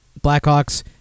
Blackhawks